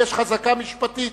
יש חזקה משפטית,